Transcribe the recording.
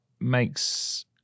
makes